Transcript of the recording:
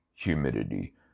humidity